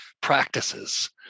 practices